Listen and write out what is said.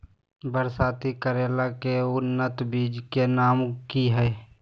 बरसाती करेला के उन्नत बिज के नाम की हैय?